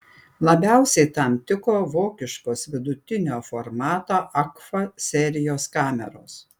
labiausiai tam tiko vokiškos vidutinio formato agfa serijos kameros